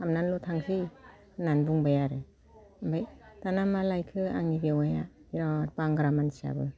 हाबनानैल' थांनोसै होननानै बुंबाय आरो ओमफ्राय दाना मा लायखो आंनि बेवाइया बिराद बांग्रा मानसियाबो